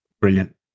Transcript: brilliant